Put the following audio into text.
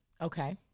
okay